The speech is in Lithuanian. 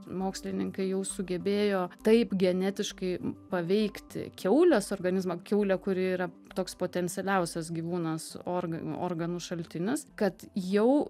mokslininkai jau sugebėjo taip genetiškai paveikti kiaulės organizmą kiaulė kuri yra toks potencialiausias gyvūnas organų organų šaltinis kad jau